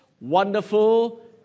wonderful